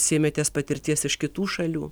sėmėtės patirties iš kitų šalių